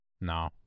No